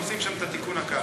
נוסיף שם את התיקון הקל,